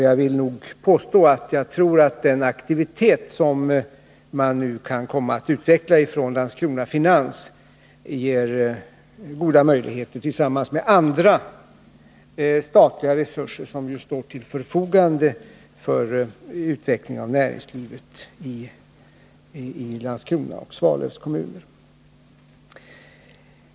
Jag vill påstå att jag tror att den aktivitet som man kan komma att utveckla från Landskrona Finans ger goda möjligheter tillsammans med andra statliga resurser som står till förfogande för utveckling av näringslivet i Landskrona och Svalövs kommun.